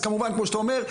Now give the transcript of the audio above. אז כמובן כמו שאתה אומר,